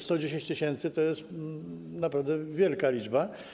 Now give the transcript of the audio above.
110 tys. to jest naprawdę wielka liczba.